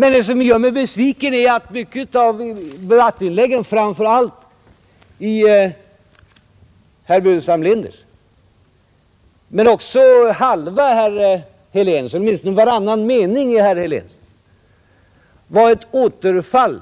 Men det som gör mig besviken är att mycket i debattinläggen — framför allt i herr Burenstam Linders men också i varannan mening i herr Heléns — var ett återfall